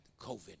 COVID